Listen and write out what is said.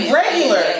regular